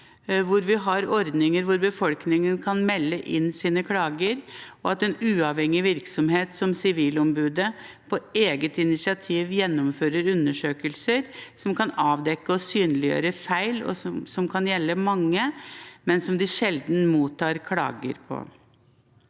som har ordninger hvor befolkningen kan melde inn sine klager, og at en uavhengig virksomhet som Sivilombudet på eget initiativ gjennomfører undersøkelser som kan avdekke og synliggjøre feil som kan gjelde mange, men som de sjelden mottar klager på.